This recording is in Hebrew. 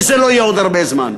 וזה לא יהיה עוד הרבה זמן.